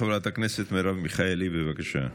חברת הכנסת מרב מיכאלי, בבקשה.